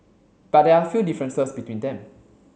but there are a few differences between them